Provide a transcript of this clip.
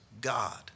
God